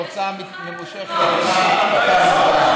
או הרצאה ממושכת בפעם הבאה.